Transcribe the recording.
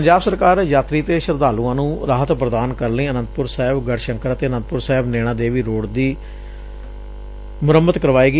ਪੰਜਾਬ ਸਰਕਾਰ ਯਾਤਰੀ ਤੇ ਸ਼ਰਧਾਲੁਆਂ ਨੂੰ ਰਾਹਤ ਪ੍ਦਾਨ ਕਰਨ ਲਈ ਆਨੰਦਪੁਰ ਸਾਹਿਬ ਗੜੁਸ਼ੰਕਰ ਅਤੇ ਆਨੰਦਪੁਰ ਸਾਹਿਬ ਨੈਣਾ ਦੇਵੀ ਰੋਡ ਦੀ ਮੁਰੰਮਤ ਕਰਵਾਏਗੀ